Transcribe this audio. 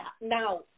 Now